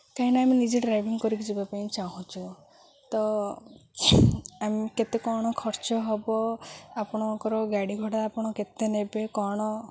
କାହିଁକିନା ଆମେ ନିଜେ ଡ୍ରାଇଭିଂ କରିକି ଯିବା ପାଇଁ ଚାହୁଁଛୁ ତ ଆମେ କେତେ କ'ଣ ଖର୍ଚ୍ଚ ହେବ ଆପଣଙ୍କର ଗାଡ଼ି ଭଡ଼ା ଆପଣ କେତେ ନେବେ କ'ଣ